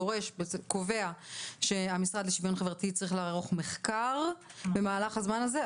דורש וקובע שהמשרד לשוויון חברתי יצטרך לערוך מחקר במהלך הזמן הזה.